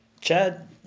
Chad